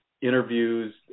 interviews